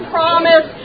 Promise